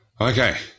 Okay